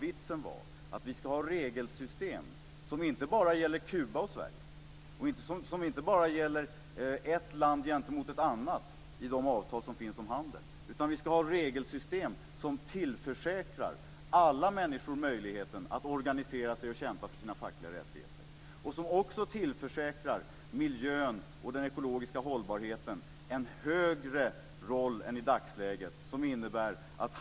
Vitsen var att vi ska ha regelsystem som inte bara gäller Kuba och Sverige, som inte bara gäller ett land gentemot ett annat i de avtal som finns om handel, utan vi ska ha regelsystem som tillförsäkrar alla människor möjligheten att organisera sig och kämpa för sina fackliga rättigheter. Regelsystemen ska också tillförsäkra miljön och den ekologiska hållbarheten en högre roll än i dagsläget.